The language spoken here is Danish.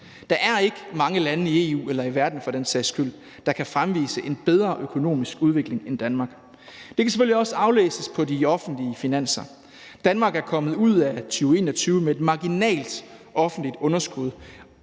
Der er ikke mange lande i EU eller i verden for den sags skyld, der kan fremvise en bedre økonomisk udvikling end Danmark. Det kan selvfølgelig også aflæses på de offentlige finanser. Danmark er kommet ud af 2021 med et marginalt offentligt underskud,